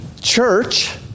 church